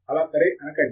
అలా సరే అనకండి